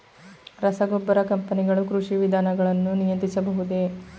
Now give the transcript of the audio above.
ರಸಗೊಬ್ಬರ ಕಂಪನಿಗಳು ಕೃಷಿ ವಿಧಾನಗಳನ್ನು ನಿಯಂತ್ರಿಸಬಹುದೇ?